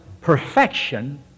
perfection